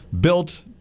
built